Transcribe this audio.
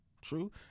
True